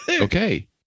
Okay